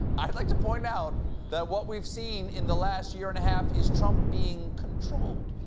i'd like to point out that what we've seen in the last year and half is trump being controlled.